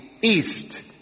east